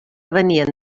venien